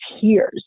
tears